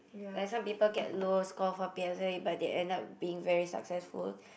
like some people get low score for P_S_L_E but they end up being very successful